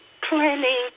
planning